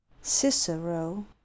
cicero